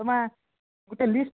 ତୁମେ ଗୋଟେ ଲିଷ୍ଟ